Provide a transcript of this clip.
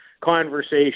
conversation